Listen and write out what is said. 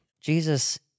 Jesus